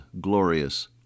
glorious